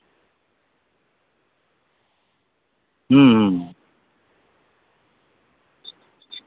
ᱦᱩᱸ ᱦᱩᱸ